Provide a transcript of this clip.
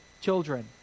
children